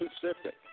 Pacific